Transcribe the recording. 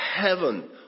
heaven